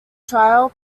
trail